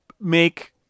make